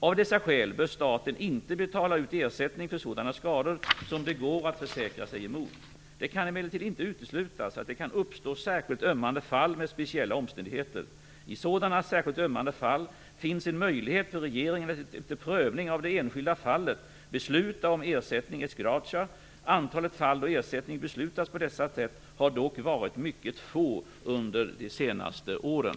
Av dessa skäl bör staten inte betala ut ersättning för sådana skador som det går att försäkra sig emot. Det kan emellertid inte uteslutas att det kan uppstå särskilt ömmande fall med speciella omständigheter. I sådana särskilt ömmande fall finns en möjlighet för regeringen att efter prövning av det enskilda fallet besluta om ersättning ex gratie. Antalet fall då ersättning beslutas på detta sätt har dock varit mycket få under de senaste åren.